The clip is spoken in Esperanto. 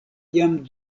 jam